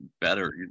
better